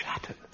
Shattered